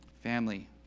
Family